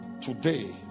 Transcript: today